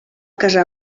casar